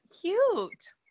cute